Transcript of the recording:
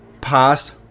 past